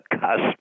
cusp